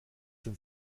den